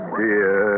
dear